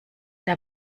der